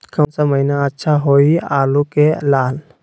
कौन सा महीना अच्छा होइ आलू के ला?